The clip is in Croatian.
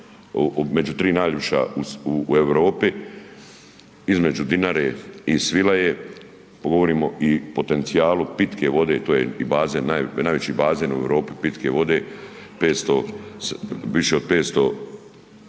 među tri najljepša u Europi između Dinare i Svilaje to govorimo i potencijalu pitke vode, to je i bazen, najveći bazne u Europi pitke vode više od 500 tisuća